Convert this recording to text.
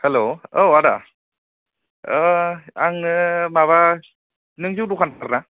hello औ आदा आंनो माबा नों जौ दखानखा ना